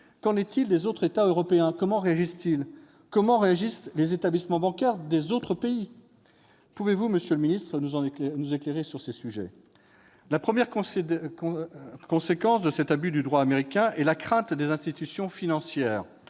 Qu'en est-il des autres États européens ? Comment réagissent les établissements bancaires des autres pays ? Pouvez-vous nous éclairer sur ces sujets ? La première conséquence de cet abus du droit américain est la crainte des institutions financières